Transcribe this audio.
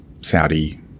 Saudi